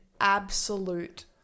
absolute